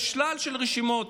יש שלל רשימות.